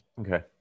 Okay